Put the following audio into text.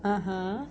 (uh huh)